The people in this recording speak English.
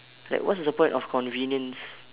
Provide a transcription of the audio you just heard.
like what's the point of convenience